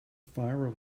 fire